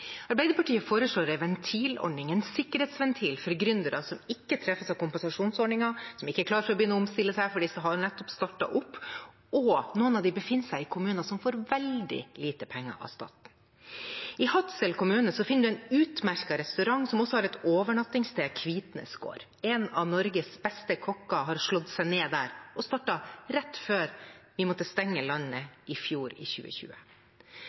Arbeiderpartiet foreslår en ventilordning, en sikkerhetsventil, for gründere som ikke treffes av kompensasjonsordningen, som ikke er klar for å begynne å omstille seg fordi de har nettopp startet opp, og noen av dem befinner seg i kommuner som får veldig lite penger av staten. I Hadsel kommune finner man en utmerket restaurant som også har et overnattingssted, Kvitnes Gård. En av Norges beste kokker har slått seg ned der og startet rett før vi måtte stenge landet i fjor, i 2020.